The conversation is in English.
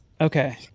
Okay